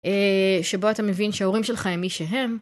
שבו אתה מבין שההורים שלך הם מי שהם.